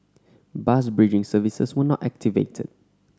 bus bridging services were not activated